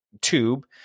Tube